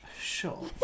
Sure